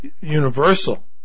universal